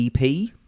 EP